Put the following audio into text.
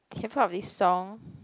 have you heard of this song